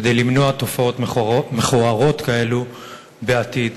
כדי למנוע תופעות מכוערות כאלו בעתיד.